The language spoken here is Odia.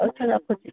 ହଉ ସାର୍ ରଖୁଛି